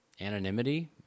anonymity